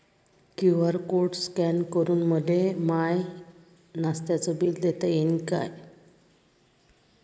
QR code scan करून मले माय नास्त्याच बिल देता येईन का?